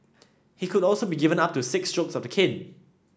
he could also be given up to six strokes of the cane